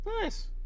Nice